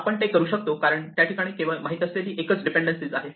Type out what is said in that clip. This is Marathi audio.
आपण ते करू शकतो कारण त्या ठिकाणी केवळ माहीत असलेली एकच डिपेंडेन्सिज आहे